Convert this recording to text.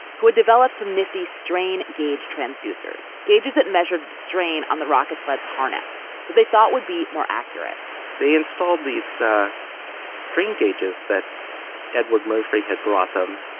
who had developed some nifty strain gauge transducers, gauges that measured the strain on the rocket sleds harness that they thought would be more accurate they installed these strain gauges that edward murphy had brought them.